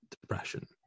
depression